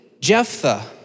Jephthah